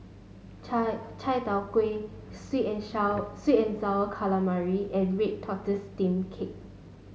Chai Chai Tow Kuay sweet and sour sweet and sour calamari and Red Tortoise Steamed Cake